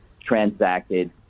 transacted